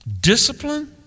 discipline